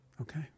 Okay